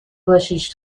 باشیش